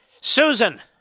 Susan